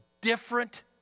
different